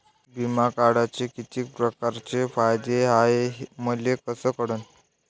बिमा काढाचे कितीक परकारचे फायदे हाय मले कस कळन?